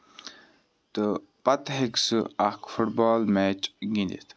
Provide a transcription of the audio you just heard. تہٕ پَتہٕ ہیٚکہِ سُہ اکھ فُٹ بال میچ گِندِتھ